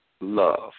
love